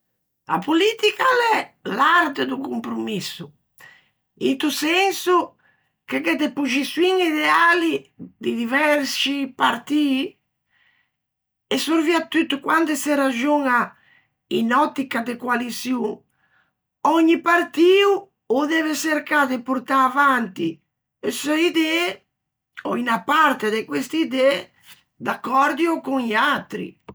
A politica a l'é l'arte do compromisso, into senso che gh'é de poxiçioin ideali di diversci partii, e sorviatutto quande se raxoña in òttica de coaliçion, ògni partio o deve çercâ de portâ avanti e seu idee, ò unna parte de queste idee, d'accòrdio con i atri.